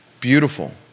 beautiful